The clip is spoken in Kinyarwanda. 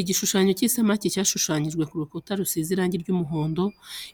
Igishushanyo cy’isamaki cyashushanyijwe ku rukuta rusize irangi ry’umuhondo.